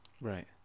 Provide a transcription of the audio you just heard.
Right